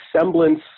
semblance